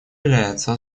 является